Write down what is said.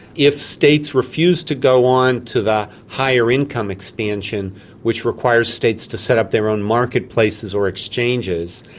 if states refuse to go on to the higher income expansion which requires states to set up their own marketplaces or exchanges,